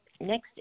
next